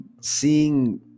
seeing